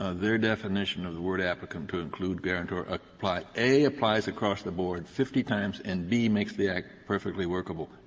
ah their definition of the word applicant to include guarantor apply a, applies across the board fifty times, and b, makes the act perfectly workable.